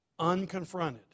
unconfronted